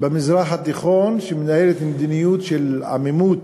במזרח התיכון שמנהלת מדיניות של עמימות